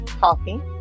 coffee